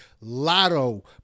Lotto